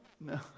no